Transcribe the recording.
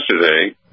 yesterday